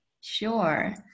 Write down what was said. Sure